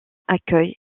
accueille